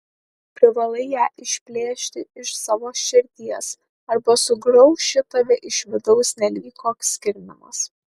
privalai ją išplėšti iš savo širdies arba sugrauš ji tave iš vidaus nelyg koks kirminas